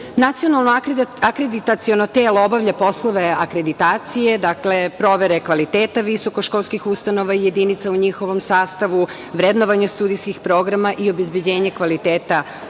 postojeći. Nacionalno akreditaciono telo obavlja poslove akreditacije, dakle, provere kvaliteta visokoškolskih ustanova i jedinica u njihovom sastavu, vrednovanje studijskih programa i obezbeđenje kvaliteta visokog